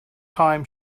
time